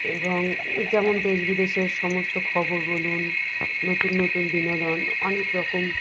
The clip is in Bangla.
এবং যেমন দেশ বিদেশের সমস্ত খবর বলুন নতুন নতুন বিনোদন অনেক রকম